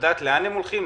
לדעת לאן הם הולכים,